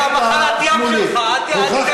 אולי מחלת הים שלך, אל תיתן לי ציונים.